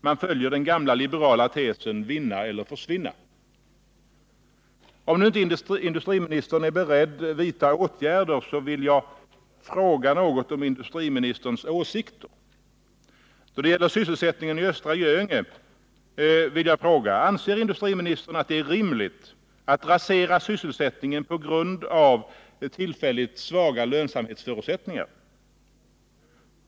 Man följer den gamla liberala Om nu inte industriministern är beredd vidta åtgärder, vill jag fråga något om industriministerns åsikter. Då det gäller sysselsättningen i Östra Göinge vill jag fråga: Anser industriministern att det är rimligt att rasera sysselsättningen på grund av tillfälligt svaga lönsamhetsförutsättningar?